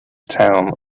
town